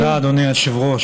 תודה, אדוני היושב-ראש.